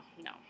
no